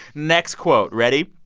next quote. ready?